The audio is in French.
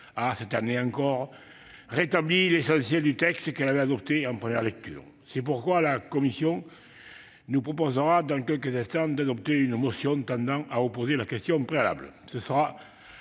a, cette année encore, rétabli l'essentiel du texte qu'elle avait adopté en première lecture. C'est la raison pour laquelle la commission nous proposera, dans quelques instants, d'adopter une motion tendant à opposer la question préalable.